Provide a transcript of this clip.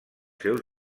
seus